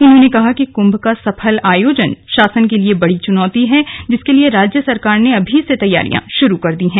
उन्होंने कहा कि कुंभ का सफल आयोजन शासन के लिए बड़ी चुनोती है जिसके लिए राज्य सरकार ने अभी से तैयारियां शुरू कर दी है